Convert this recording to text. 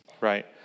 right